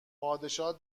پادشاه